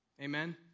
Amen